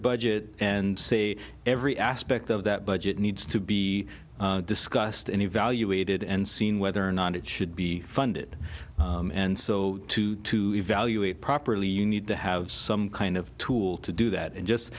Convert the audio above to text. budget and say every aspect of that budget needs to be discussed and evaluated and seen whether or not it should be funded and so to evaluate properly you need to have some kind of tool to do that